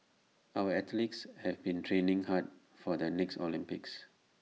our athletes have been training hard for the next Olympics